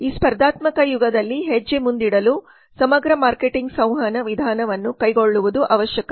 ಈ ಸ್ಪರ್ಧಾತ್ಮಕ ಯುಗದಲ್ಲಿ ಹೆಜ್ಜೆ ಮುಂದಿಡಲು ಸಮಗ್ರ ಮಾರ್ಕೆಟಿಂಗ್ ಸಂವಹನ ವಿಧಾನವನ್ನು ಕೈಗೊಳ್ಳುವುದು ಅವಶ್ಯಕ